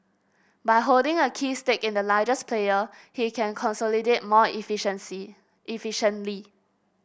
by holding a key stake in the largest player he can consolidate more efficiency efficiently